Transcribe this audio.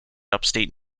upstate